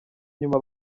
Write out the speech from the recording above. nyuma